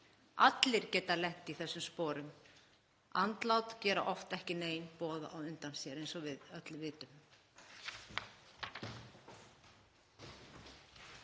Allir geta lent í þessum sporum. Andlát gera oft ekki nein boð á undan sér eins og við öll vitum.